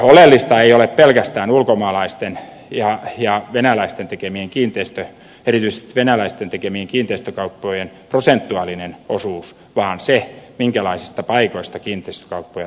oleellista ei ole pelkästään ulkomaalaisten ja erityisesti venäläisten tekemien kiinteistökauppojen prosentuaalinen osuus vaan se minkälaisista paikoista kiinteistökauppoja tehdään